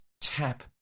tap